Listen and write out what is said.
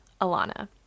Alana